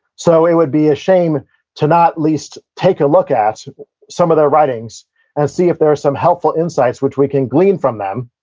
so, it would be a shame to not least take a look at some of their writings and see if there are some helpful insights which we can gleam from them,